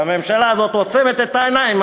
והממשלה הזאת עוצמת את העיניים,